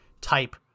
type